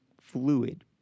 fluid